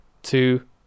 two